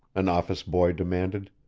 an office boy demanded.